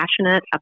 passionate